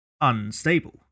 unstable